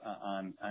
on